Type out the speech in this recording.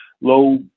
low